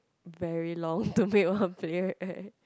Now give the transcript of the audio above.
very long to make one period right